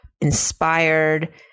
inspired